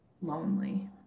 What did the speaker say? lonely